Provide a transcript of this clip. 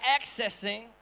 accessing